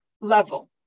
level